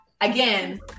Again